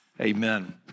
Amen